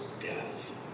death